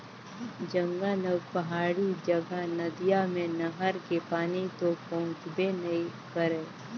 जंगल अउ पहाड़ी जघा नदिया मे नहर के पानी तो पहुंचबे नइ करय